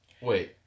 Wait